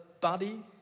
body